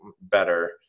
better